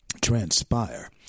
transpire